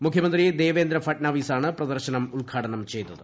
മുഖ്യമന്ത്രി ദേവേന്ദ്ര ഫഡ്നാവിസാണ് പ്രദർശ്യനും ഉൽഘാടനം ചെയ്തത്